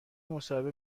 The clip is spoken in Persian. مصاحبه